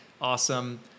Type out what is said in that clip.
awesome